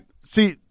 See